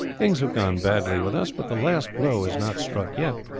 things have gone badly with us, but the last blow is not struck yet.